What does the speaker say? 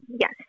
Yes